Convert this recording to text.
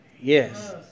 Yes